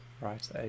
right